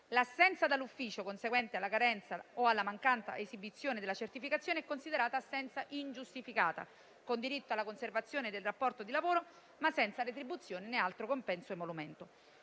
L'assenza dall'ufficio conseguente alla carenza o mancanza di esibizione della certificazione è considerata assenza ingiustificata, con diritto alla conservazione del rapporto di lavoro, ma senza retribuzione, né altro compenso o emolumento.